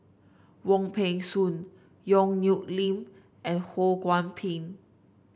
Wong Peng Soon Yong Nyuk Lin and Ho Kwon Ping